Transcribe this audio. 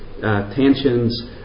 tensions